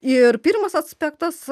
ir pirmas aspektas